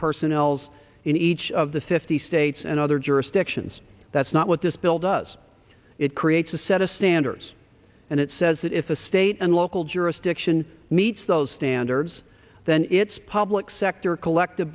personnel in each of the fifty states and other jurisdictions that's not what this bill does it creates a set of standards and it says that if a state and local jurisdiction meets those standards then it's public sector collective